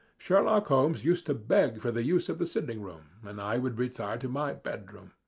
sherlock holmes used to beg for the use of the sitting-room, and i would retire to my bed-room.